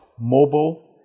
mobile